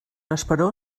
esperó